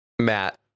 Matt